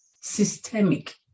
systemic